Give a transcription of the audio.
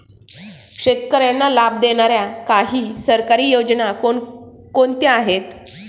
शेतकऱ्यांना लाभ देणाऱ्या काही सरकारी योजना कोणत्या आहेत?